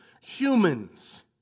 humans